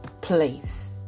place